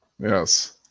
Yes